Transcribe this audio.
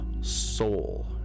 Soul